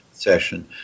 session